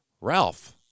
Ralph